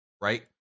right